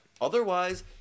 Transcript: otherwise